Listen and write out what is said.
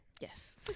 Yes